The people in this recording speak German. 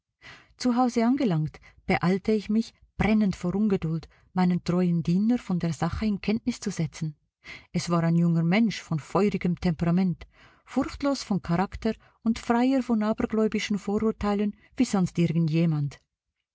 zu hause angelangt beeilte ich mich brennend vor ungeduld meinen treuen diener von der sache in kenntnis zu setzen es war ein junger mensch von feurigem temperament furchtlos von charakter und freier von abergläubischen vorurteilen wie sonst